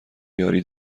یاری